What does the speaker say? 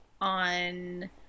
on